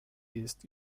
east